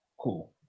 cool